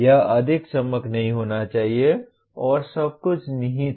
यह अधिक चमक नहीं होना चाहिए और सब कुछ निहित है